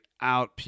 out